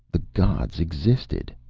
the gods existed,